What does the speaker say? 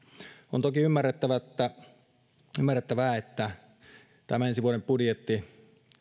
on toki ymmärrettävää että ensi vuoden budjetti